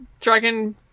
Dragon